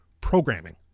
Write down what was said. programming